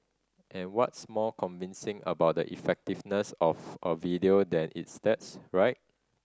and what's more convincing about the effectiveness of a video than its stats right